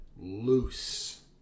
Loose